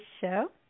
show